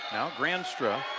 now granstra.